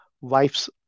wife's